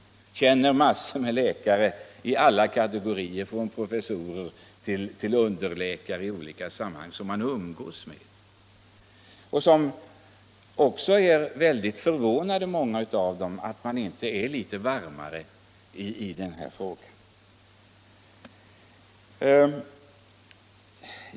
Jag känner massor av läkare av alla kategorier från professorer till underläkare som jag umgås med. Många av dem är väldigt förvånade över att myndigheterna inte intar en litet varmare attityd i den här frågan.